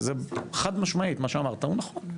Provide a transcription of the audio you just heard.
זה חד משמעית, מה שאמרת הוא נכון.